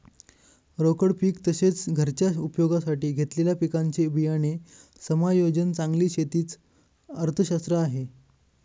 रोकड पीक तसेच, घरच्या उपयोगासाठी घेतलेल्या पिकांचे बियाणे समायोजन चांगली शेती च अर्थशास्त्र आहे